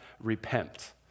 repent